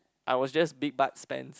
I was just big butts Spencer